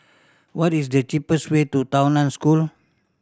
what is the cheapest way to Tao Nan School